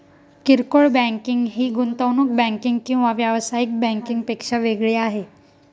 किरकोळ बँकिंग ही गुंतवणूक बँकिंग किंवा व्यावसायिक बँकिंग पेक्षा वेगळी आहे